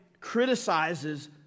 criticizes